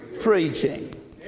preaching